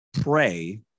pray